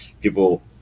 people